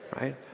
right